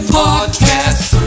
podcast